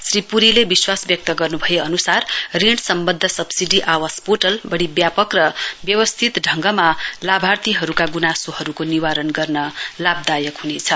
श्री पुरीले विश्वास व्यक्त गर्नुभए अनुसार ऋण सम्बन्ध सब्सिडी आवास पोर्टल बढी व्यापक र व्यवस्थित ढघमा लाभार्थीहरूका गुनासोहरूको निवारण गर्न लाभदायक हुनेछ